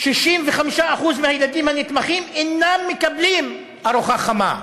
65% מהילדים הנתמכים אינם מקבלים ארוחה חמה,